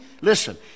listen